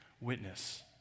witness